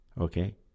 okay